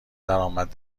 درآمد